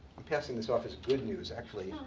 i'm passing this off as good news. actually,